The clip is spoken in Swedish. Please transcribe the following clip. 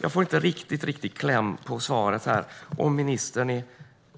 Jag får inte riktigt kläm på i svaret om ministern är